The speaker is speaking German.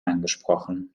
angesprochen